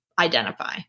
identify